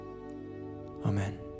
Amen